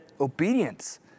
obedience